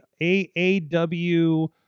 aaw